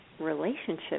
relationship